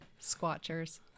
Squatchers